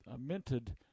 minted